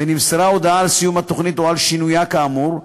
ונמסרה הודעה על סיום התוכנית או על שינויה כאמור,